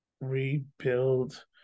rebuild